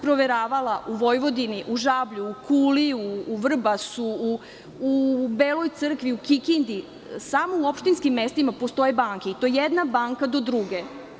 Proveravala sam u Vojvodini, u Žablju, u Kuli, u Vrbasu, u Beloj Crkvi, u Kikindi, samo u opštinskim mestima postoje banke i to jedna banka do druge.